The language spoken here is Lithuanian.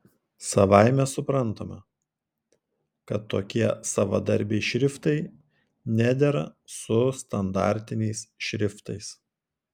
savaime suprantama kad tokie savadarbiai šriftai nedera su standartiniais šriftais